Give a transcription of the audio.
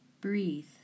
Breathe